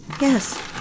Yes